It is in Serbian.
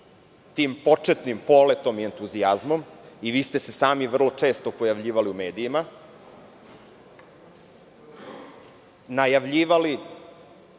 tim početnim poletom i entuzijazmom. I sami ste se vrlo često pojavljivali u medijima, najavljivali